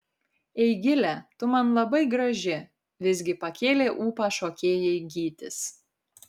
eigile tu man labai graži visgi pakėlė ūpą šokėjai gytis